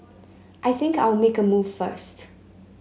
I think I'll make a move first